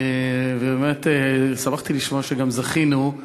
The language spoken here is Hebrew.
ובאמת שמחתי לשמוע שגם זכינו.